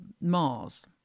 Mars